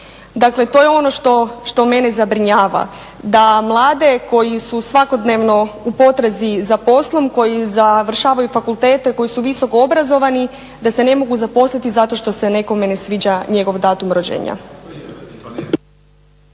Dakle, to je ono što mene zabrinjava, da mlade koji su svakodnevno u potrazi za poslom, koji završavaju fakultete, koji su visoko obrazovani da se ne mogu zaposliti zato što se nekome ne sviđa njegov datum rođenja.